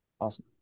Awesome